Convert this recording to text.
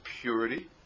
purity